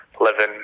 living